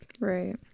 Right